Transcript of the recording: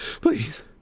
please